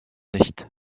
nicht